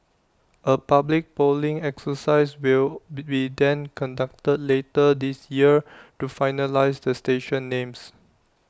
A public polling exercise will be then conducted later this year to finalise the station names